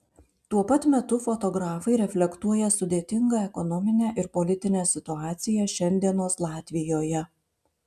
tuo pat metu fotografai reflektuoja sudėtingą ekonominę ir politinę situaciją šiandienos latvijoje